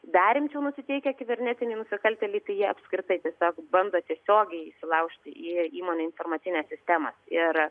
dar rimčiau nusiteikę kibernetiniai nusikaltėliai tai jie apskritai tiesiog bando tiesiogiai įsilaužti į įmonių informacines sistemas ir